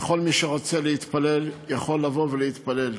כל מי שרוצה להתפלל יכול לבוא להתפלל.